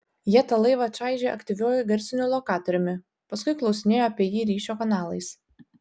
jie tą laivą čaižė aktyviuoju garsiniu lokatoriumi paskui klausinėjo apie jį ryšio kanalais